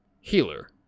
healer